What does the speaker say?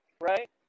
right